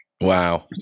Wow